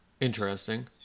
interesting